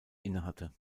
innehatte